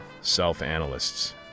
self-analysts